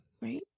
right